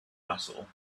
battle